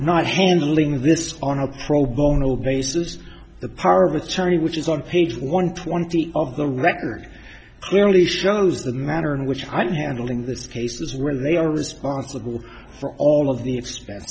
not handling this on a pro bono basis the power of attorney which is on page one twenty of the record early shows the manner in which i don't handling this cases where they are responsible for all of the expense